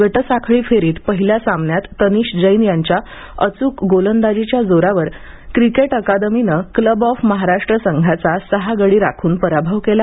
गट साखळी फेरीत पहिल्या सामन्यात तनिष जैन याच्या अचूक गोलंदाजीच्या जोरावर अंबीशिअस क्रिकेट अकादमीने क्लब ऑफ महाराष्ट्र संघाचा सहा गडी राखून पराभव केला